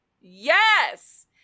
Yes